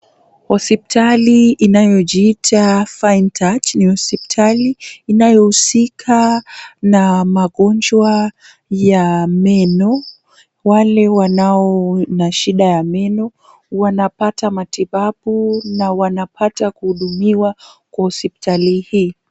Hospitali inayojiita fine touch. Ni hospitali inayohusika na magonjwa ya meno. Wale wanao na shida ya meno wanapata matibabu na wanapata kuhudumiwa kwa hospitali hii.